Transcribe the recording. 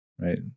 right